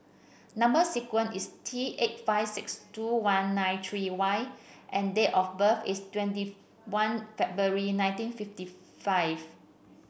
number sequence is T eighty five sixt two one nine three Y and date of birth is twenty one February nineteen fifty five